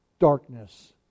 darkness